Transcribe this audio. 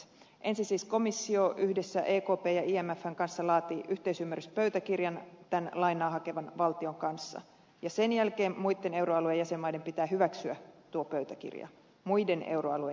ensin siis komissio yhdessä ekpn ja imfn kanssa laatii yhteisymmärryspöytäkirjan tämän lainaa hakevan valtion kanssa ja sen jälkeen muitten euroalueen jäsenmaiden pitää hyväksyä tuo pöytäkirja muiden euroalueen jäsenmaiden